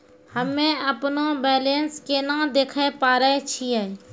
हम्मे अपनो बैलेंस केना देखे पारे छियै?